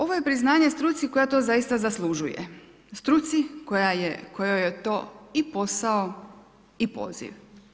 Ovo je priznanje struci koja to zaista zaslužuje, struci kojoj je to i posao i poziv.